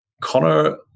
Connor